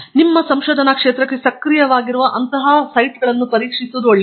ಆದ್ದರಿಂದ ನಿಮ್ಮ ಸಂಶೋಧನಾ ಪ್ರದೇಶಕ್ಕೆ ಸಕ್ರಿಯವಾಗಿರುವ ಕೆಲವು ಅಂತಹ ಸೈಟ್ಗಳನ್ನು ಪರೀಕ್ಷಿಸುವುದು ಒಳ್ಳೆಯದು